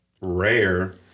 rare